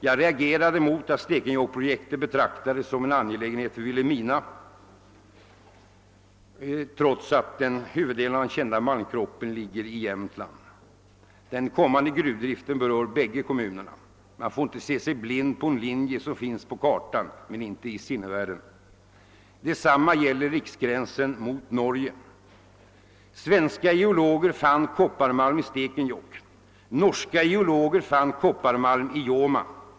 Jag reagerade mot att Stekenjokkprojektet betraktades som något som främst berörde Vilhelmina och Västerbotten, trots att huvuddelen av den kända malmkroppen ligger i Jämtland. Den kommande gruvdriften berör bägge kommunerna. Man får inte stirra sig blind på en linje som finns på kartan men inte i sinnevärlden. Detsamma gäller riksgränsen mot Norge. Svenska geologer fann kopparmalm i Stekenjokk. Norska geologer fann kopparmalm i Joma.